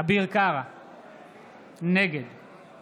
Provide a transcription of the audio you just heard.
נגד